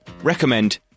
recommend